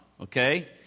okay